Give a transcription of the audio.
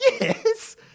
Yes